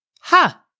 Ha